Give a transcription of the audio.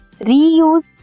reuse